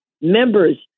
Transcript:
members